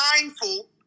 mindful